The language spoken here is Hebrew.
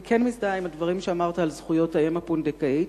אני כן מזדהה עם הדברים שאמרת על זכויות האם הפונדקאית,